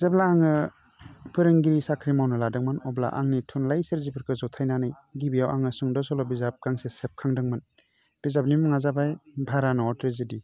जेब्ला आङो फोरोंगिरि साख्रि मावनो लादोंमोन अब्ला आंनि थुनलाइ सोरजिफोरखौ जथायनानै गिबियाव आङो सुंद' सल' बिजाब गांसे सेबखांदोंमोन बिजाबनि मुङा जाबाय भारा न'आव ट्रेजेडि